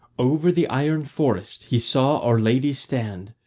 over the iron forest he saw our lady stand,